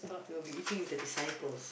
we will be eating with the disciples